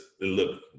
look